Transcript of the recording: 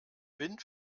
wind